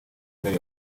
gari